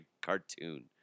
cartoon